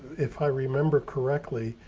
if i remember correctly,